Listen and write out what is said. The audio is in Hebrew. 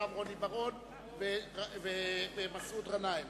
אחריו, חברי הכנסת רוני בר-און ומסעוד גנאים.